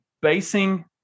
basing